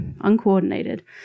uncoordinated